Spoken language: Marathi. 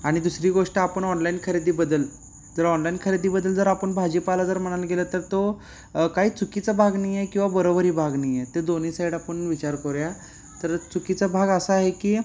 आणि दुसरी गोष्ट आपण ऑनलाईन खरेदीबद्दल जर ऑनलाईन खरेदीबद्दल जर आपण भाजीपाला जर म्हणायला गेलं तर तो काही चुकीचा भाग नाही आहे किंवा बरोबरही भाग नाही आहे ते दोन्ही साईड आपण विचार करुया तर चुकीचा भाग असा आहे की